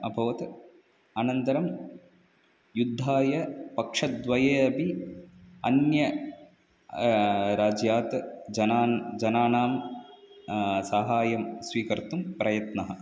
अभवत् अनन्तरं युद्धाय पक्षद्वये अपि अन्य राज्यात् जनान् जनानां साहाय्यं स्विकर्तुं प्रयत्नः